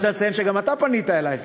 דרך אגב, אני רוצה לציין שגם אתה פנית אלי.